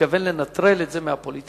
התכוון לנטרל את זה מהפוליטיקאים,